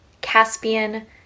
Caspian